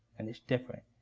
and it's different.